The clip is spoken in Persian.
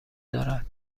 دارد